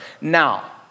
Now